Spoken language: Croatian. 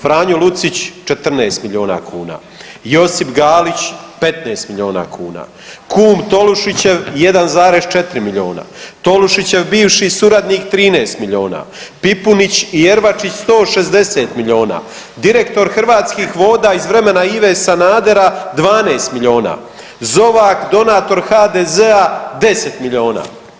Franjo Lucić 14 milijuna kuna, Josip Galić 15 milijuna kuna, kum Tolušićev 1,4 milijuna, Tolušićev bivši suradnik 13 milijuna, Pipunić i Ervačić 160 milijuna, direktor Hrvatskih voda iz vremena Ive Sanadera 12 milijuna, Zovak donator HDZ-a 10 milijuna.